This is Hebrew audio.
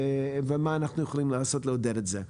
ומה אנחנו יכולים לעשות כדי לעודד את זה.